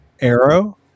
Arrow